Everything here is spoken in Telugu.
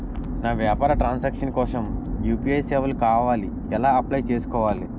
నా వ్యాపార ట్రన్ సాంక్షన్ కోసం యు.పి.ఐ సేవలు కావాలి ఎలా అప్లయ్ చేసుకోవాలి?